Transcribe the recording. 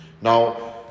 Now